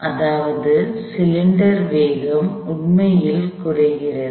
அதாவது சிலிண்டர் வேகம் உண்மையில் குறைகிறது